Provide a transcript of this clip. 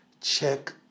check